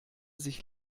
sich